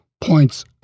points